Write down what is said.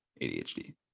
ADHD